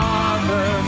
Father